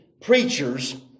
preachers